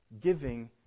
giving